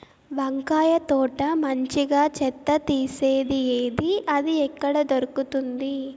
వంకాయ తోట మంచిగా చెత్త తీసేది ఏది? అది ఎక్కడ దొరుకుతుంది?